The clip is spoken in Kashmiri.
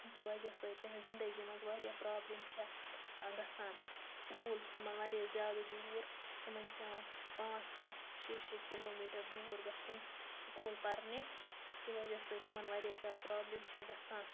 ییٚمہِ کہِ وَجہ سۭتۍ تِہِنٛزِ زِندگی مَنٛز واریاہ پرابلم چھےٚ گَژھان سُکول چھُ تِمَن واریاہ زیادٕ دوٗر تمن چھُ پیٚوان پانٛژھ پانٛژھ شےٚ شےٚ کِلوٗ میٖٹر دوٗر گَژھُن سُکول پَرنہِ ییٚمہِ کہِ وَجہہ سۭتۍ تِمَن واریاہ پرابلم چھےٚ گَژھان